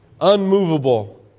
unmovable